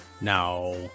Now